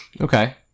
Okay